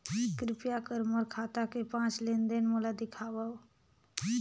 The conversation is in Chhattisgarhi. कृपया कर मोर खाता के पांच लेन देन मोला दिखावव